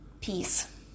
peace